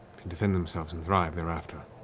defend themselves and thrive thereafter.